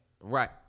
right